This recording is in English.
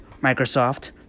Microsoft